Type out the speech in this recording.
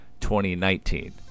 2019